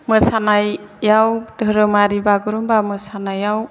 मोसानायाव धोरोमारि बागुरुमबा मोसानायाव